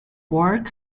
work